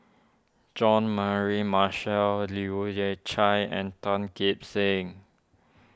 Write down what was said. John Mary Marshall Leu Yew Chye and Tan Kim Seng